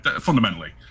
fundamentally